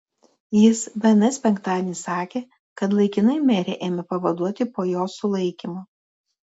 jis bns penktadienį sakė kad laikinai merę ėmė pavaduoti po jos sulaikymo